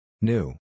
New